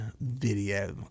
video